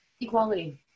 Equality